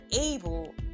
able